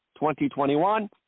2021